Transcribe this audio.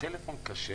באופן כללי טלפון כשר